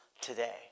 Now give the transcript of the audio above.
today